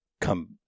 come